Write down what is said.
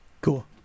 cool